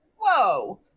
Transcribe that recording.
Whoa